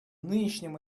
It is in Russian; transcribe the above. нынешнем